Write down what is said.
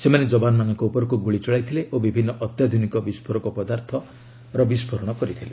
ସେମାନେ ଯବାନମାନଙ୍କ ଉପରକୁ ଗୁଳି ଚଳାଇଥିଲେ ଓ ବିଭିନ୍ନ ଅତ୍ୟାଧୁନିକ ବିସ୍କୋରକ ପଦାର୍ଥ ଫୁଟାଇଥିଲେ